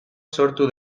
sortu